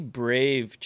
brave